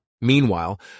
Meanwhile